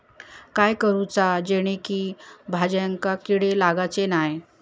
काय करूचा जेणेकी भाजायेंका किडे लागाचे नाय?